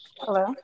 hello